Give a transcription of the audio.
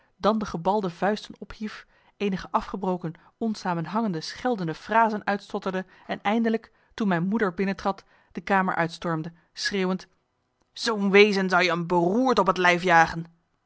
dan de gebalde vuisten ophief eenige afgebroken onsamenhangende scheldende frasen uitstotterde en eindelijk toen mijn moeder binnentrad de kamer uitstormde schreeuwend zoo'n wezen zou je een beroerte op het lijf jagen